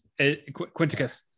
Quinticus